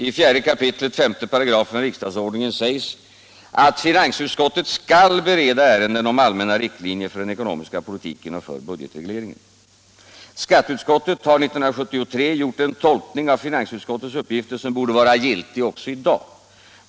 I 4 kap. 5§ riksdagsordningen sägs: ”Finansutskottet skall ——— bereda ärenden om allmänna riktlinjer för den ekonomiska politiken och för budgetregleringen —--.” Skatteutskottet har 1973 gjort en tolkning av finansutskottets uppgifter, som borde vara giltig också i dag.